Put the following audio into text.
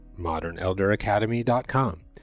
modernelderacademy.com